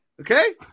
Okay